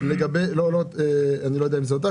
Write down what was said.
לא יודע אם זה אותך